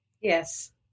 Yes